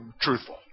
truthful